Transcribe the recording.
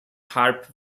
harp